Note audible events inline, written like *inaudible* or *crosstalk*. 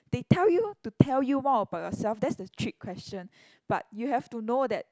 they tell you to tell you more about yourself that's the trick question *breath* but you have to know that